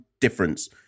difference